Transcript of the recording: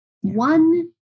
One